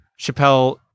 chappelle